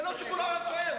זה לא שכל העולם טועה?